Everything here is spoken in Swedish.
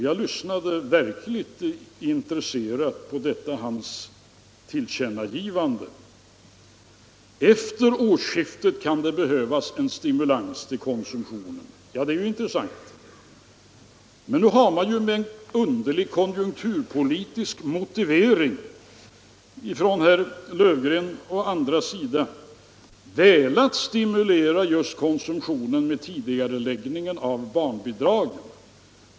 Jag lyssnade med verkligt intresse till detta tillkännagivande att det efter årsskiftet kan behövas en stimulans till konsumtionen. Men nu har man med en underlig konjunkturpolitisk motivering av herr Löfgren och andra velat stimulera just konsumtionen genom tidigareläggningen av barnbidragen.